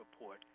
report